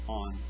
on